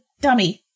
dummy